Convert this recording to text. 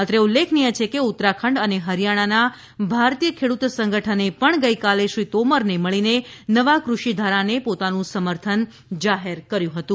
અત્રે ઉલ્લેખનીય છે કે ઉત્તરાખંડ અને હરીયાણાના ભારત ખેડુત સંગઠને પણ ગઇકાલે શ્રી તોમરને મળીને નવા કૃષિધારાને પોતાનું સમર્થન જાહેર કર્યુ હતું